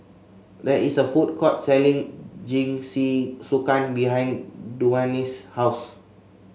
there is a food court selling Jingisukan behind Dewayne's house